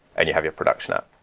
and you have your production app